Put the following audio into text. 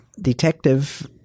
detective